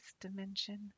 dimension